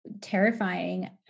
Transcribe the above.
terrifying